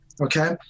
okay